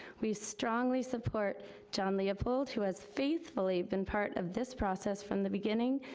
we strongly support john leopold, who has faithfully been part of this process from the beginning,